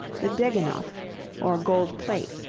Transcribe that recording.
the degennoph, or gold plate,